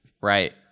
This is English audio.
Right